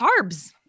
carbs